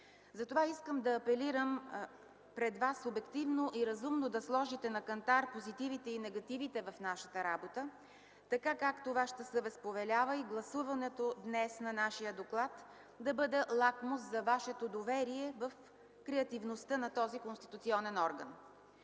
дейност. Искам да апелирам пред вас обективно и разумно да сложите на кантар позитивите и негативите в нашата работа, така както повелява вашата съвест, и гласуването днес на нашия доклад да бъде лакмус за вашето доверие в креативността на този конституционен орган.